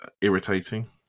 irritating